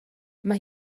mae